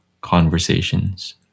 conversations